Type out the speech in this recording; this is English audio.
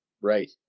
right